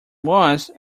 was